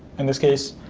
in this case.